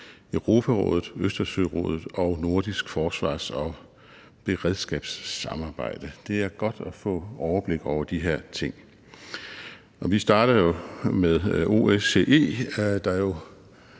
Europarådet, Østersørådet og det nordiske forsvars- og beredskabssamarbejde. Det er godt at få overblik over de her ting. Vi starter med OSCE,